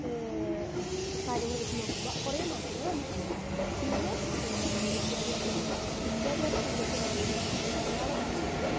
കാര്യങ്ങൾ വെച്ചു നോക്കുമ്പോൾ കുറെ മാറ്റങ്ങൾ വന്നിട്ടുണ്ട് പിന്നെ നമ്മുടെ വിദ്യാഭ്യാസ രംഗം വിദ്യഭ്യാസ രംഗം വിദ്യാഭ്യാസ രംഗത്ത് പറയുകയാണെങ്കിൽ മലയാള ഭാഷക്ക്